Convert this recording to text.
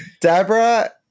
Deborah